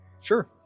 Sure